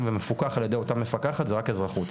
ומפוקח על ידי אותה מפקחת זה רק אזרחות.